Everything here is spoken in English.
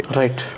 right